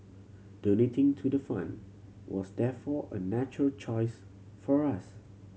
donating to the fund was therefore a natural choice for us